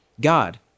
God